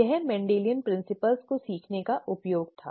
यह मेंडेलियन सिद्धांतों को सीखने का उपयोग था